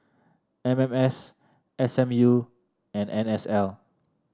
M M S S M U and N S L